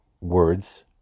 words